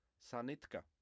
sanitka